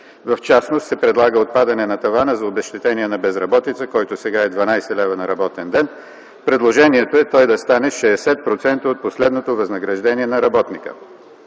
В частност се предлага отпадане на тавана за обезщетения при безработица, който сега е 12 лв. на работен ден. Предложението е той да стане 60% от последното възнаграждение на работника.